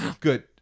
Good